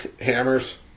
Hammers